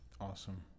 awesome